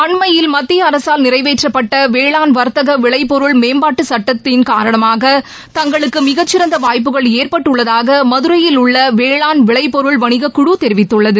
அன்மையில் மத்திய அரசால் நிறைவேற்றப்பட்ட வேளானர் வர்த்தக விளைபொருள் மேம்பாட்டு சட்டத்தின் காரணமாக தங்களுக்கு மிக சிறந்த வாய்ப்புகள் ஏற்பட்டுள்ளதாக மதுரையில் உள்ள வேளாண் விளைபொருள் வனிக குழு தெரிவித்துள்ளது